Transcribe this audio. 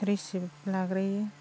receipt लाग्रोयो